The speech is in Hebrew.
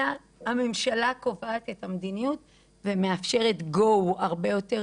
אלא הממשלה קובעת את המדיניות ומאפשרת 'גו' הרבה יותר